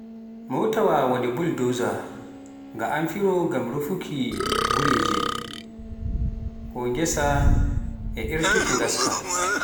mootaawa woni buldoza, nga amfiro ngam rufuki gureeje ngesa ko irtuki ngaska.